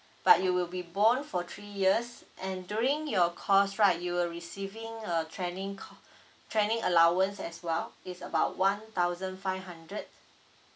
but you will be borne for three years and during your course right you will receiving a training cou~ training allowance as well is about one thousand five hundred